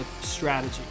strategy